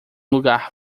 lugar